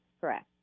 Correct